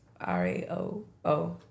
R-A-O-O